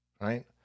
right